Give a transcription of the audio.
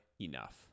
enough